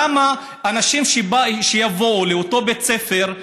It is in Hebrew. למה אנשים שיבואו לאותו בית ספר,